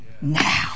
now